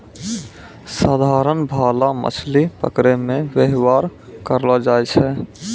साधारण भाला मछली पकड़ै मे वेवहार करलो जाय छै